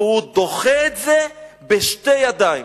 והוא דוחה אותו בשתי ידיים.